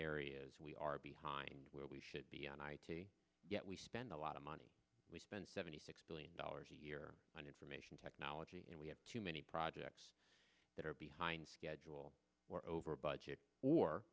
areas we are behind where we should be and i too yet we spend a lot of money we spend seventy six billion dollars a year on information technology and we have too many projects that are behind schedule or over budget